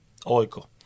Oiko